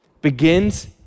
Begins